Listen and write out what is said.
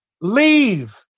Leave